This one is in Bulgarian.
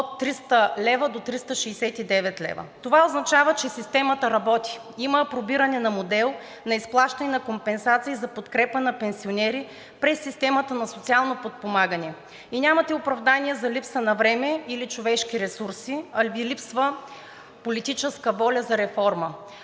от 300 лв. до 369 лв. Това означава, че системата работи. Има пробиране на модел на изплащане на компенсации за подкрепа на пенсионери през системата за социално подпомагане и нямате оправдание за липса на време или човешки ресурси, а Ви липсва политическа воля за реформа.